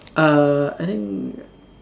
uh I think